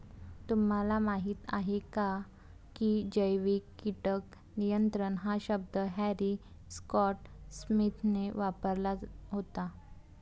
तुम्हाला माहीत आहे का की जैविक कीटक नियंत्रण हा शब्द हॅरी स्कॉट स्मिथने वापरला होता?